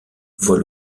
voit